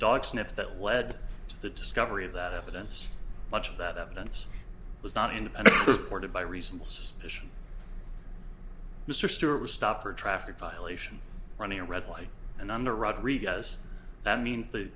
dog sniff that led to the discovery of that evidence much of that evidence was not independent ordered by reasonable suspicion mr stewart was stopped for a traffic violation running a red light and under rodriguez that means the